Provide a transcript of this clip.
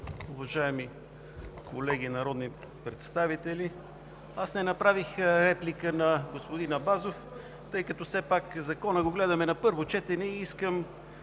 Уважаеми колеги народни представители, аз не направих реплика на господин Абазов, тъй като все пак Закона го гледаме на първо четене и искам